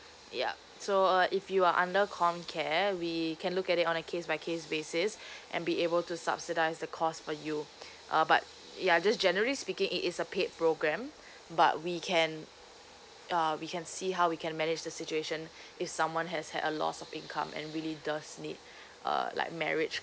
yup so uh if you are under comcare we can look at it on a case by case basis and be able to subsidised the cost for you uh but ya just generally speaking it is a paid program but we can uh we can see how we can manage the situation if someone has had a loss of income and really does need uh like marriage